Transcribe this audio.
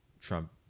Trump—